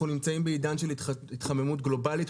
אנחנו נמצאים בעידן של התחממות גלובלית,